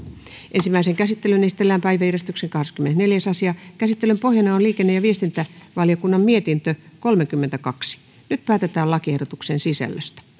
ensimmäiseen käsittelyyn esitellään päiväjärjestyksen kahdeskymmenesneljäs asia käsittelyn pohjana on liikenne ja viestintävaliokunnan mietintö kolmekymmentäkaksi nyt päätetään lakiehdotuksen sisällöstä